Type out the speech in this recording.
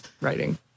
writing